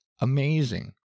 amazing